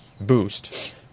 boost